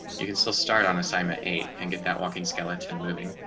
you can still start on assignment eight and get that walking skeleton moving